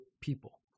people